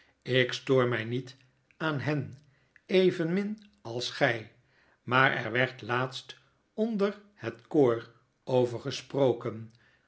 lk stoor mij niet aan hen evenmin als gij maar er werd laatst onder het koor over gesproken